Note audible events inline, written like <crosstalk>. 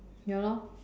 ya lor <breath>